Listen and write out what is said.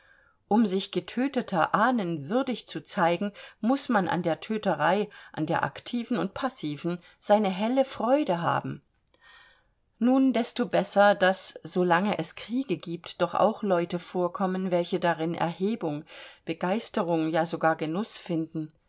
um sich getöteter ahnen würdig zu zeigen muß man an der töterei an der aktiven und passiven seine helle freude haben nun desto besser daß so lange es kriege gibt doch auch leute vorkommen welche darin erhebung begeisterung ja sogar genuß finden